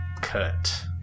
cut